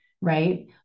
right